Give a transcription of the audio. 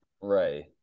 Right